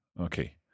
Okay